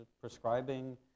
Prescribing